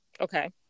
Okay